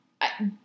I-